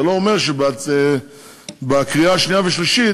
זה לא אומר שלקראת הקריאה השנייה והשלישית